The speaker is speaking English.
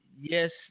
Yes